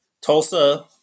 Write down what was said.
Tulsa